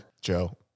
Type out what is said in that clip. Joe